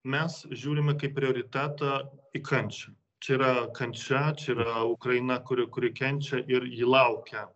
mes žiūrime kaip prioritetą į kančią čia yra kančia čia yra ukraina kuri kuri kenčia ir ji laukia